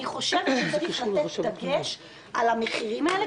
אני חושבת שצריך לשים דגש על המחירים האלה,